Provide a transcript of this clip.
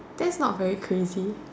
that's not very crazy